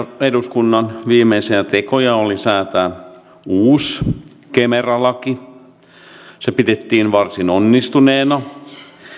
eduskunnan viimeisiä tekoja oli säätää uusi kemera laki sitä pidettiin varsin onnistuneena